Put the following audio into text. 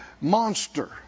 monster